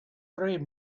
three